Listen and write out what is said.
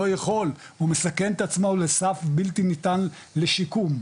לא יכול, הוא מסכן את עצמו לסף בלתי ניתן לשיקום,